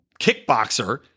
Kickboxer